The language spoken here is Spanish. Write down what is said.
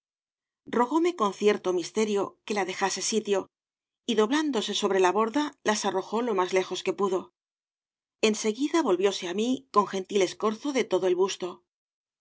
rogóme con cierto misterio que la dejase sitio y doblándose sobre la borda las arrojó lo más lejos que pudo en seguida volvióse á mí con gentil escorzo de todo el busto